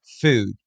food